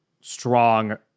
strong